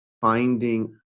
finding